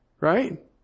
right